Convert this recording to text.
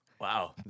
Wow